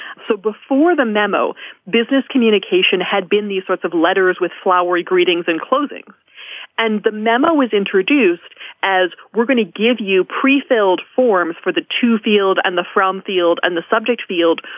so before the memo business communication had been these sorts of letters with flowery greetings and clothing and the memo was introduced as we're going to give you pre filled forms for the to field and the from field and the subject field.